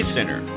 Center